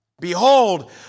behold